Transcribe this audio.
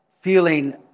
feeling